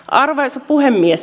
arvoisa puhemies